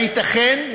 הייתכן?